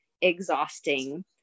exhausting